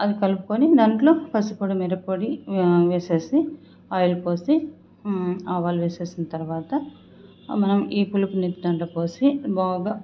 అవి కలుపుకొని దాంట్లో పసుప్పొడి మిరప్పొడి వేసేసి ఆయిల్ వేసి ఆవాలు వేసేసిన తరువాత మనం ఈ పులుపునెత్తి దాంట్లోపోసి బాగా